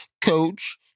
Coach